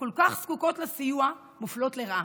שכל כך זקוקות לסיוע, מופלות לרעה.